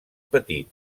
petit